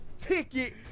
ticket